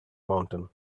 mountain